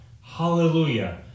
Hallelujah